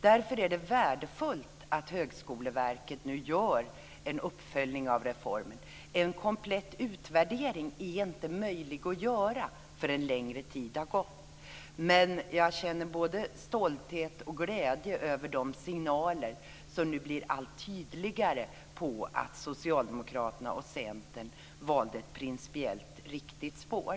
Därför är det värdefullt att Högskoleverket nu gör en uppföljning av reformen. En komplett utvärdering är inte möjlig att göra förrän längre tid har gått. Men jag känner både glädje och stolthet över de signaler som nu blir allt tydligare om att Socialdemokraterna och Centern valde ett principiellt riktigt spår.